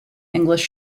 english